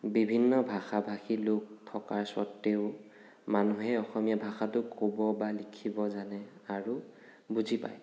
বিভিন্ন ভাষা ভাষীৰ লোক থকা স্বত্বেও মানুহে অসমীয়া ভাষাটো ক'ব বা লিখিব জানে আৰু বুজি পায়